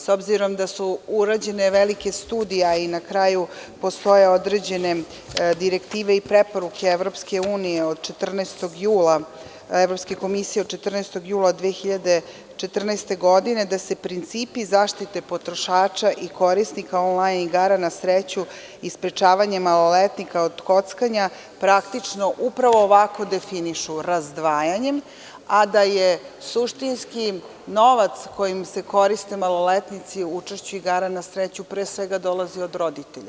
S obzirom da su uređene velike studije, a i postoje određene direktive i preporuke Evropske komisije od 14. jula 2014. godine, da se principi zaštite potrošača i korisnika on-lajn igara na sreću i sprečavanjem maloletnika od kockanja praktično upravo definišu razdvajanjem, a da suštinski novac kojim se koriste maloletnici u učešću igara na sreću dolazi od roditelja.